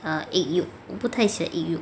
ah egg yolk 不太喜欢 egg yolk